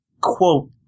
quote